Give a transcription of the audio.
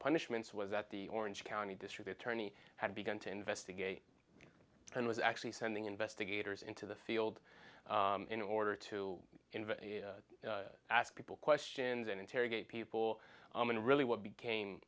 punishments was that the orange county district attorney had begun to investigate and was actually sending investigators into the field in order to invade ask people questions and interrogate people aman really what became